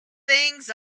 things